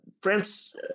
France